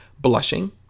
blushing